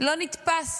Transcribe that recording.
לא נתפס.